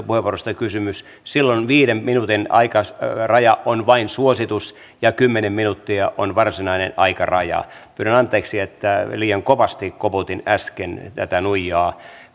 puheenvuorosta kysymys viiden minuutin aikaraja on vain suositus ja kymmenen minuuttia on varsinainen aikaraja pyydän anteeksi että liian kovasti koputin äsken tätä nuijaa